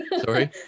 Sorry